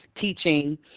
teaching